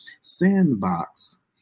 sandbox